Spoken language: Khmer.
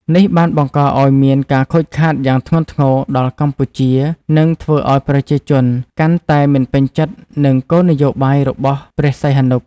នេះបានបង្កឱ្យមានការខូចខាតយ៉ាងធ្ងន់ធ្ងរដល់កម្ពុជា និងធ្វើឱ្យប្រជាជនកាន់តែមិនពេញចិត្តនឹងគោលនយោបាយរបស់ព្រះសីហនុ។